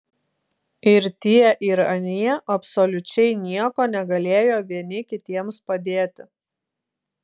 ir tie ir anie absoliučiai nieko negalėjo vieni kitiems padėti